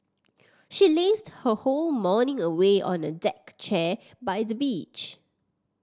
she lazed her whole morning away on a deck chair by the beach